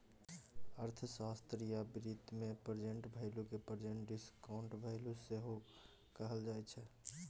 अर्थशास्त्र आ बित्त मे प्रेजेंट वैल्यू केँ प्रेजेंट डिसकांउटेड वैल्यू सेहो कहल जाइ छै